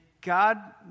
God